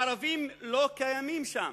הערבים לא קיימים שם,